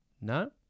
No